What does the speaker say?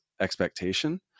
expectation